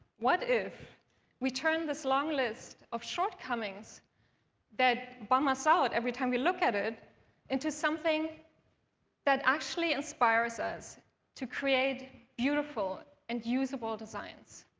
what if we turn this long list of shortcomings that bum us out every time we look at it into something that actually inspires us to create beautiful and usable designs?